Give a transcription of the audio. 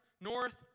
north